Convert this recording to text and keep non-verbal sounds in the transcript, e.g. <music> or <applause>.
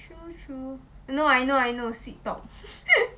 true true no I know I know sweet talk <laughs>